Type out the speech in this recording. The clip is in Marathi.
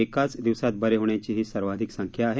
एकाच दिवसांच बरे होण्याची ही सर्वाधिक संख्या आहे